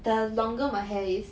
the longer my hair is